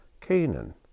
Canaan